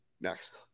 next